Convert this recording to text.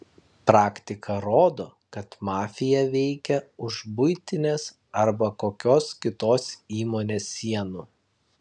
praktika rodo kad mafija veikia už buitinės arba kokios kitos įmonės sienų